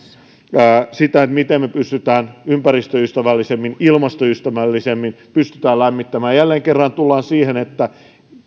siitä miten me pystymme ympäristöystävällisemmin ilmastoystävällisemmin lämmittämään jälleen kerran tullaan siihen että